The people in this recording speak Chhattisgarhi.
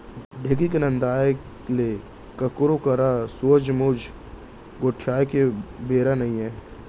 ढेंकी के नंदाय ले काकरो करा सोझ मुंह गोठियाय के बेरा नइये